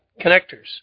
connectors